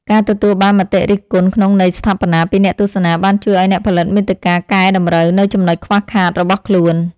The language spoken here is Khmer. ការទទួលបានមតិរិះគន់ក្នុងន័យស្ថាបនាពីអ្នកទស្សនាបានជួយឱ្យអ្នកផលិតមាតិកាកែតម្រូវនូវចំណុចខ្វះខាតរបស់ខ្លួន។